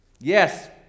Yes